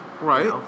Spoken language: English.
Right